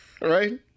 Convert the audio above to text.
right